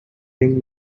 ring